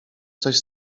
coś